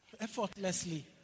Effortlessly